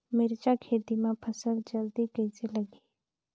मिरचा खेती मां फल जल्दी कइसे लगही?